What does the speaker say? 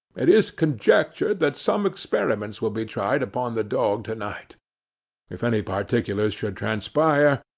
it is conjectured that some experiments will be tried upon the dog to night if any particulars should transpire,